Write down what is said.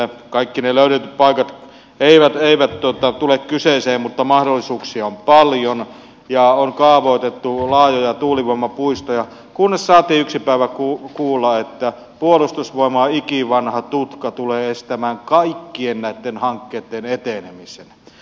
kaikki ne löydetyt paikat eivät tule kyseeseen mutta mahdollisuuksia on paljon ja on kaavoitettu laajoja tuulivoimapuistoja kunnes saatiin yksi päivä kuulla että puolustusvoimain ikivanha tutka tulee estämään kaikkien näitten hankkeitten etenemisen